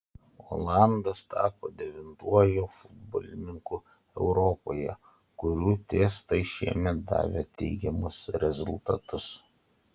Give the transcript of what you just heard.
olandas tapo devintuoju futbolininku europoje kurių testai šiemet davė teigiamus rezultatus